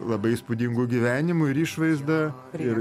labai įspūdingu gyvenimu ir išvaizda ir